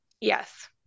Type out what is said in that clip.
Yes